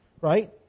Right